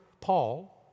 Paul